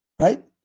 right